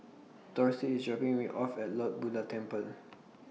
Dorsey IS dropping Me off At Lord Buddha Temple